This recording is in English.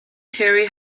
terry